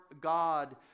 God